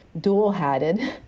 dual-hatted